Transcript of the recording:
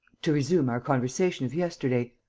to resume. our conversation of yesterday.